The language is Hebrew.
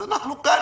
אז אנחנו כאן,